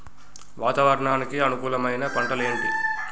వాతావరణానికి అనుకూలమైన పంటలు ఏంటి?